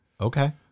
Okay